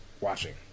watching